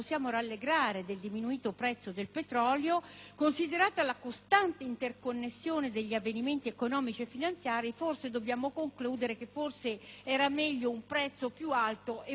considerata la costante interconnessione degli avvenimenti economici e finanziari, forse dobbiamo concludere che sarebbe stato preferibile un prezzo più alto e una crisi finanziaria in meno.